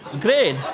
Great